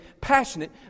passionate